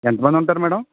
ఎంతమంది ఉంటారు మ్యాడమ్